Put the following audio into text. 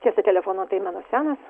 tiesa telefonas tai mano senas